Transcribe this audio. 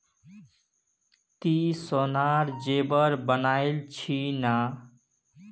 ती सोनार जेवर बनइल छि न